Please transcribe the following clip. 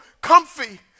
comfy